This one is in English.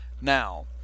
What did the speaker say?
now